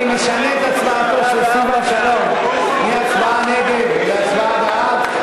אני משנה את הצבעתו של סילבן שלום מהצבעה נגד להצבעה בעד,